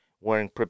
wearing